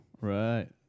Right